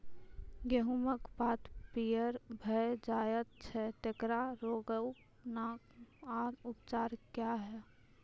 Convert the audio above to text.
गेहूँमक पात पीअर भअ जायत छै, तेकरा रोगऽक नाम आ उपचार क्या है?